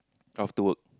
after work